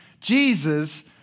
Jesus